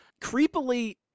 creepily